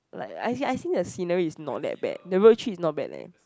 like I see I seen the scenario is not that bad the road tree is not bad leh